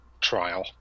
trial